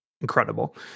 incredible